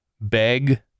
Beg